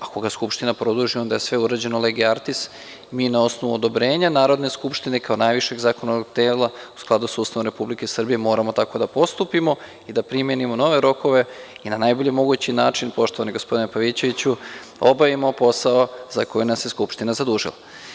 Ako ga Skupština produži, onda je sve urađeno legi artis, mi na osnovu odobrenja Narodne skupštine kao najvišeg zakonodavnog tela u skladu sa Ustavom Republike Srbije moramo tako da postupimo i da primenimo nove rokove i na najbolji mogući način, poštovani gospodine Pavićeviću, obavimo posao za koji nas je Skupština zadužila.